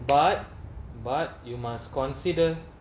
but but you must consider